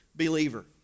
believer